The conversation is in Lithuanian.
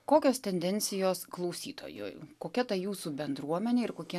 kokios tendencijos klausytojų kokia ta jūsų bendruomenė ir kokie